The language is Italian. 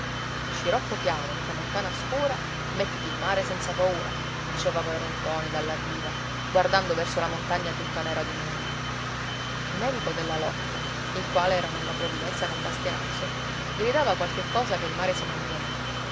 scirocco chiaro e tramontana scura mettiti in mare senza paura diceva padron ntoni dalla riva guardando verso la montagna tutta nera di nubi menico della locca il quale era nella provvidenza con bastianazzo gridava qualche cosa che il mare si mangiò